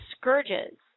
scourges